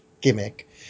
gimmick